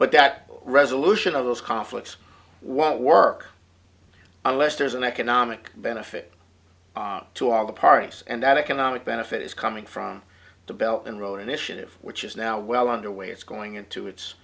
but that resolution of those conflicts won't work unless there's an economic benefit to all the parties and that economic benefit is coming from the belt and roll initiative which is now well underway it's going into it